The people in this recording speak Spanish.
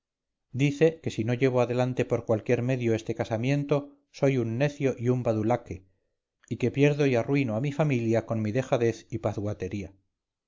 dice que si no llevo adelante por cualquier medio este casamiento soy un necio y un badulaque y que pierdo y arruino a mi familia con mi dejadez y